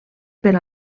per